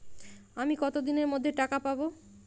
আমি কতদিনের মধ্যে টাকা পাবো?